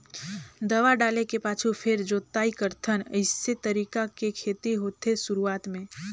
दवा डाले के पाछू फेर जोताई करथन अइसे तरीका के खेती होथे शुरूआत में